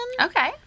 Okay